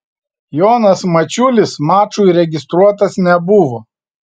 jonas mačiulis mačui registruotas nebuvo